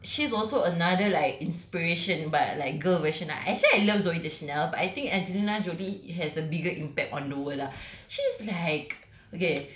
cause she's also another like inspiration but like girl version lah actually I love zooey deschanel but I think angelina jolie has a bigger impact on the world lah she's like